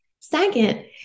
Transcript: Second